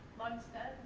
lundstedt?